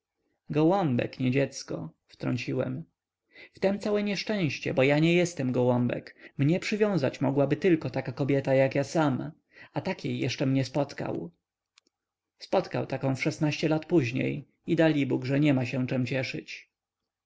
gołąbek nie dziecko wtrąciłem w tem całe nieszczęście bo ja nie jestem gołąbek mnie przywiązać mogłaby taka tylko kobieta jak ja sam a takiej jeszczem nie spotkał spotkał taką w szesnaście lat później i dalibóg że nie ma się czem cieszyć